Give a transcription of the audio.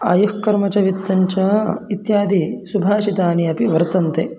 आयुः कर्म च वित्तञ्च इत्यादि सुभाषितानि अपि वर्तन्ते